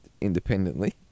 independently